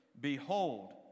Behold